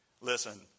Listen